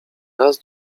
raz